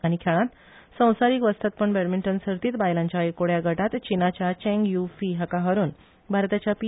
आनी खेळांत संसारीक वस्तादपण बॅडमिंटन सर्तीत बायलांच्या एकोडया गटात चीनाच्या चेंग यु फी हाका हारोवन भारताच्या पी